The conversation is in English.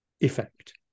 effect